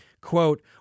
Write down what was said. Quote